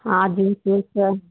हाँ बीस का